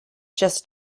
just